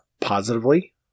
positively